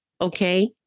Okay